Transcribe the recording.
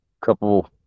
couple